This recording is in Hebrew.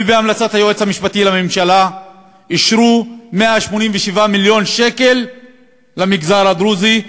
ובהמלצת היועץ המשפטי לממשלה אישרו 187 מיליון שקל למגזר הדרוזי,